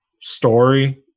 story